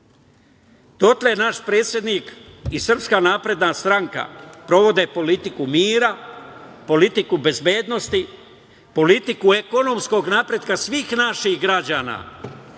dotle naš predsednik i SNS sprovode politiku mira, politiku bezbednosti, politiku ekonomskog napretka svih naših građana,